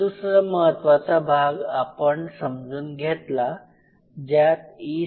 हा दुसरा महत्वाचा भाग आपण समजुन घेतला ज्यात E